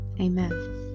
amen